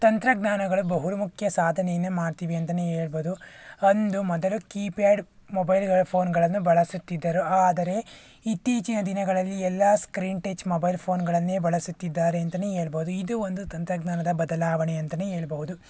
ತಂತ್ರಜ್ಞಾನಗಳು ಬಹುಮುಖ್ಯ ಸಾಧನೆಯನ್ನು ಮಾಡ್ತೀವಿ ಅಂತನೇ ಹೇಳ್ಬೋದು ಒಂದು ಮೊದಲು ಕೀ ಪ್ಯಾಡ್ ಮೊಬೈಲ್ಗಳ ಫೋನ್ಗಳನ್ನು ಬಳಸುತ್ತಿದ್ದರು ಆದರೆ ಇತ್ತೀಚಿನ ದಿನಗಳಲ್ಲಿ ಎಲ್ಲ ಸ್ಕ್ರೀನ್ ಟೆಚ್ ಮೊಬೈಲ್ ಫೋನ್ಗಳನ್ನೇ ಬಳಸುತ್ತಿದ್ದಾರೆ ಅಂತನೇ ಹೇಳ್ಬೋದು ಇದು ಒಂದು ತಂತ್ರಜ್ಞಾನದ ಬದಲಾವಣೆ ಅಂತನೇ ಹೇಳ್ಬೋದು